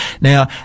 Now